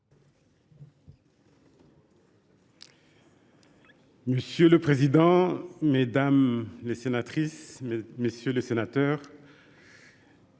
Monsieur le président, mesdames les sénatrices, messieurs les sénateurs,